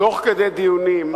תוך כדי דיונים,